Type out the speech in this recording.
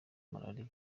malariya